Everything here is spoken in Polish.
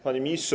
Panie Ministrze!